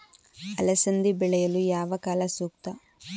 ಅಲಸಂದಿ ಬೆಳೆಯಲು ಯಾವ ಕಾಲ ಸೂಕ್ತ?